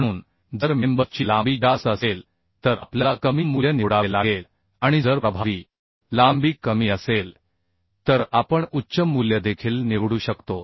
म्हणून जर मेंबर ची लांबी जास्त असेल तर आपल्याला कमी मूल्य निवडावे लागेल आणि जर प्रभावी लांबी कमी असेल तर आपण उच्च मूल्य देखील निवडू शकतो